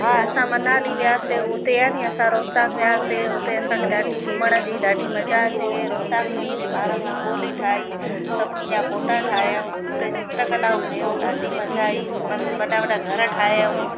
हां असां मनाली वियासे उते आहे नि असां वियासीं उते असांखे ॾाढी घुमण जी ॾाढी मजा अची वई रोतांग में मुंहिंजे ॿारनि रंगोली ठाही सभिनी जा फोटा ठाहियूं हुते चित्रकलाऊं कयूं मतिलबु ॾाढी मज़ा आई वॾा वॾा घर ठाहियूं